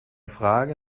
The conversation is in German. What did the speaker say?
frage